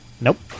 Nope